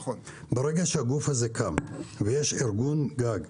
ברגע שהגוף הזה קם ויש ארגון גג,